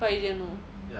but you didn't know